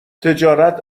تجارت